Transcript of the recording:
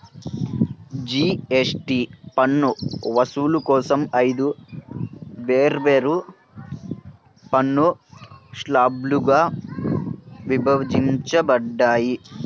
GST పన్ను వసూలు కోసం ఐదు వేర్వేరు పన్ను స్లాబ్లుగా విభజించబడ్డాయి